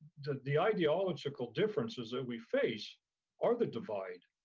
that the ideological differences that we face are the divide.